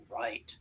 right